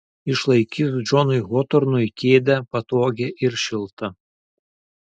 išlaikys džonui hotornui kėdę patogią ir šiltą